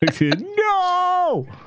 No